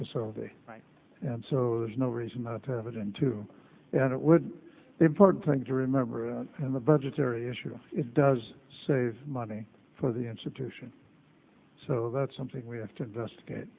so and so there's no reason to have it in two and it would be important thing to remember and the budgetary issue is does save money for the institution so that's something we have to investigate